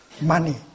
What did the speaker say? money